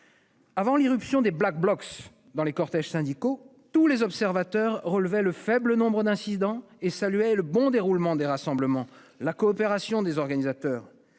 Avant l'irruption des Black Blocs dans les cortèges syndicaux, tous les observateurs relevaient le faible nombre d'incidents et saluaient le bon déroulement des rassemblements, la coopération des organisateurs.